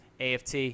AFT